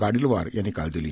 गाडीलवार यांनी काल दिली